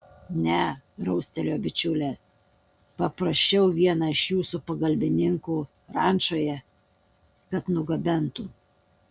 ne raustelėjo bičiulė paprašiau vieną iš jūsų pagalbininkų rančoje kad nugabentų